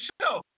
show